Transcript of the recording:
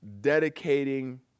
dedicating